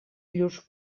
llurs